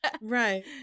Right